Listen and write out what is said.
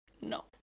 no